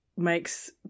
makes